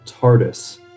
TARDIS